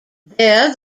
there